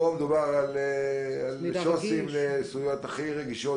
פה מדובר על שו"ס ועל סוגיות הכי רגישות